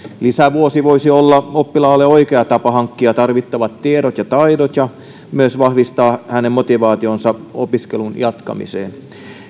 lisävuosi voisi olla oppilaalle oikea tapa hankkia tarvittavat tiedot ja taidot ja myös vahvistaa hänen motivaationsa opiskelun jatkamiseen